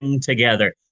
together